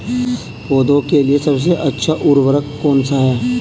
पौधों के लिए सबसे अच्छा उर्वरक कौन सा है?